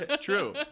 True